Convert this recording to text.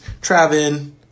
Travin